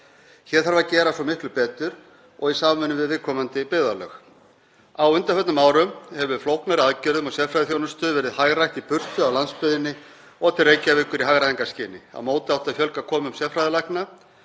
Hér þarf að gera svo miklu betur og í samvinnu við viðkomandi byggðarlög. Á undanförnum árum hefur flóknari aðgerðum og sérfræðiþjónustu verið hagrætt í burtu af landsbyggðinni og til Reykjavíkur í hagræðingarskyni. Á móti átti að fjölga komum sérfræðilækna